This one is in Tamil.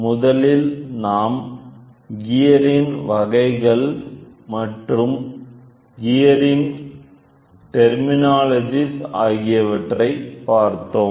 முதலில் நாம் கியரின் வகைகள் மற்றும் கியரின் டெர்மினாலஜிஸ் ஆகியவற்றை பார்த்தோம்